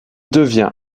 devient